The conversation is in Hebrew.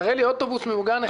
מאיפה אתה מביא את העובדה הזו?